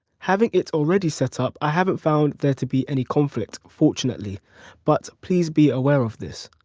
having it already set up i haven't found there to be any conflict fortunately but please be aware of this.